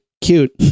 Cute